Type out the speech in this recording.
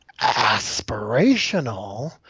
aspirational